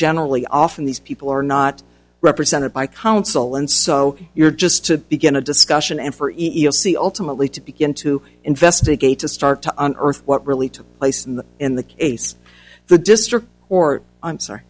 generally often these people are not represented by counsel and so you're just to begin a discussion and for evil see ultimately to begin to investigate to start to unearth what really took place in the in the case the district or i'm sorry